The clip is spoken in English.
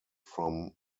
from